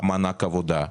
מענק העבודה.